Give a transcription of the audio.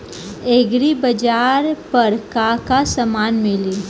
एग्रीबाजार पर का का समान मिली?